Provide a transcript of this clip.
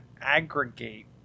aggregate